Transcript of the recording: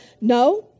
No